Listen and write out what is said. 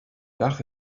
dach